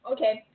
Okay